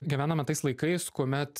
gyvename tais laikais kuomet